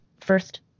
first